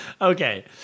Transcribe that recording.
Okay